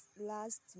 last